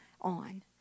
on